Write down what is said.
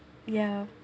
ya